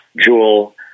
Jewel